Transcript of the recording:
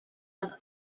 hub